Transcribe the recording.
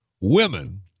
women